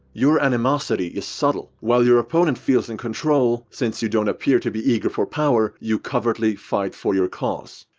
your animosity is subtle. while your opponent feels in control, since you don't appear to be eager for power, you covertly fight for your cause.